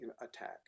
attack